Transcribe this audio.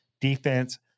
defense